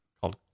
Called